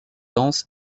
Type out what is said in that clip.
dense